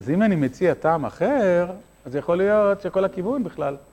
אז אם אני מציע טעם אחר, אז זה יכול להיות שכל הכיוון בכלל.